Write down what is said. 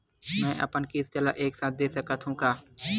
मै अपन किस्त ल एक साथ दे सकत हु का?